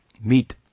meet